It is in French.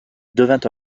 devint